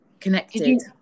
connected